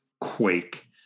quake